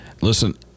Listen